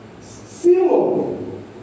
Simon